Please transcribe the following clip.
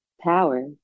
power